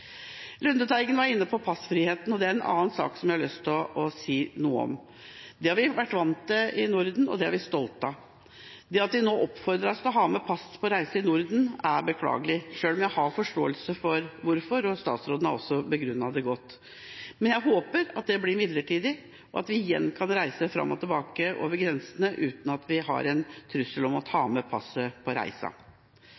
Lundteigen var inne på passfriheten, og det er en annen sak som jeg har lyst til å si noe om. Det har vi vært vant til i Norden, og det er vi stolte av. Det at vi nå oppfordres til å ha med pass på reise i Norden, er beklagelig, selv om jeg har forståelse for hvorfor, og statsråden har også begrunnet det godt. Men jeg håper at det blir midlertidig, og at vi igjen kan reise fram og tilbake over grensene uten at vi har en trussel om å ta